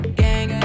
gang